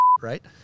right